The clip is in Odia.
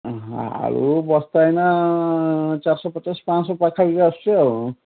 ହଁ ହଁ ଆଳୁ ବସ୍ତା ଏଇନା ଚାରିଶହ ପଚାଶହ ପାଞ୍ଚ ଶହ ପାଖାପାଖି ଆସୁଛି ଆଉ